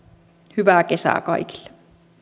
hyvää kesää kaikille